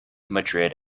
madrid